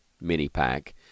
mini-pack